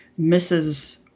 Mrs